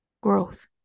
Growth